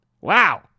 Wow